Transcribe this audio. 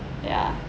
ya